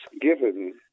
given